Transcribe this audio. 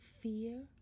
fear